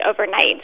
overnight